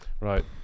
Right